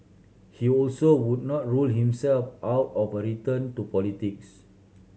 he also would not rule himself out of a return to politics